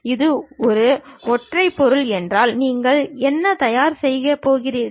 இது ஒரு ஒற்றை பொருள் என்றால் நீங்கள் என்ன தயாரிக்கப் போகிறீர்கள்